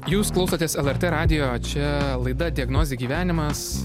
jūs klausotės lrt radijo čia laida diagnozė gyvenimas